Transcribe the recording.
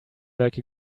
like